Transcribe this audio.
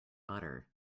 butter